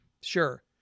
sure